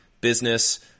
business